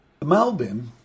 Malbim